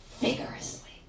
vigorously